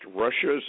Russia's